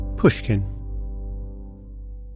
Pushkin